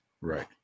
Right